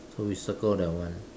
so we circle that one